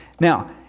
Now